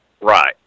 Right